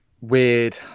weird